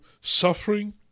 suffering